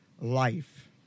life